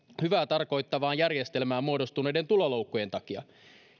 hyvää tarkoittavaan järjestelmään muodostuneiden tuloloukkujen takia